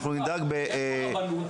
נדאג --- יש פה רבנות,